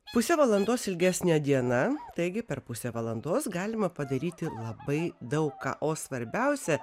puse valandos ilgesnė diena taigi per pusę valandos galima padaryti labai daug ką o svarbiausia